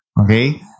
Okay